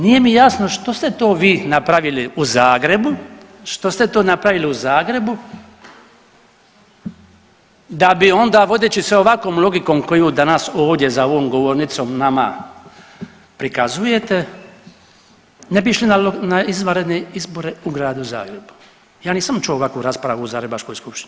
Nije mi jasno što ste to vi napravili u Zagrebu, što ste to napravili u Zagrebu da onda vodeći se ovakvom logikom koju danas ovdje za ovom govornicom nama prikazujete ne bi išli na izvanredne izbore u Gradu Zagrebu, ja nisam čuo ovakvu raspravu u Zagrebačkoj skupštini.